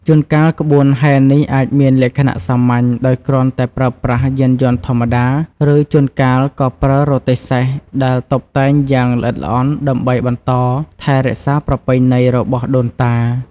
ជួនកាលក្បួនហែរនេះអាចមានលក្ខណៈសាមញ្ញដោយគ្រាន់តែប្រើប្រាស់យានយន្តធម្មតា ឬជួនកាលក៏ប្រើរទេះសេះដែលតុបតែងយ៉ាងល្អិតល្អន់ដើម្បីបន្តថែរក្សាប្រពៃណីរបស់ដូនតា។